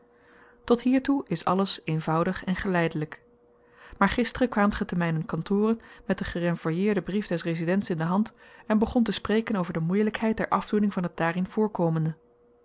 tot hiertoe is alles eenvoudig en geleidelyk maar gisteren kwaamt ge ten mynen kantore met den gerenvoieerden brief des residents in de hand en begon te spreken over de moeielykheid der afdoening van het daarin voorkomende